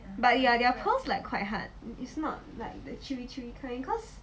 but ya their pearls like quite hard is not like the chewy chewy kind cause